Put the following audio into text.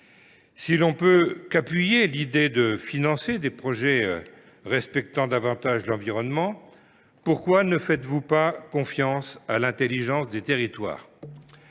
%. L’on ne peut qu’appuyer l’idée de financer des projets respectant davantage l’environnement. Mais pourquoi ne faites vous pas confiance à l’intelligence des territoires ?